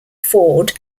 ford